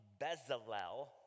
Bezalel